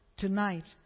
tonight